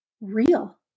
real